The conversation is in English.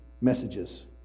messages